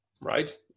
right